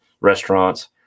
restaurants